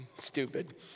stupid